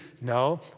No